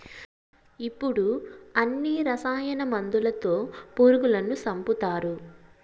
ఇప్పుడు అన్ని రసాయన మందులతో పురుగులను సంపుతారు